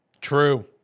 True